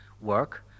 work